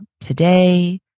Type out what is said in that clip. today